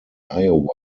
iowa